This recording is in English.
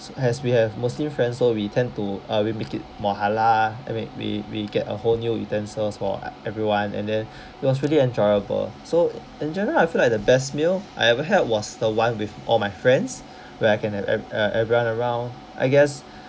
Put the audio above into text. as we have muslim friends so we tend to uh we make it more halal and we we we get a whole new utensils for everyone and then it was really enjoyable so in general I feel like the best meal I ever had was the one with all my friends where I can have e~ uh everyone around I guess